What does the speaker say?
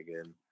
again